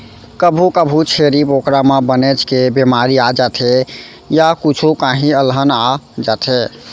कभू कभू छेरी बोकरा म बनेच के बेमारी आ जाथे य कुछु काही अलहन आ जाथे